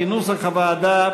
כנוסח הוועדה,